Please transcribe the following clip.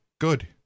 good